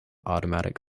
automatic